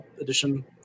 edition